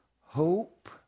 hope